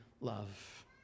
love